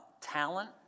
talent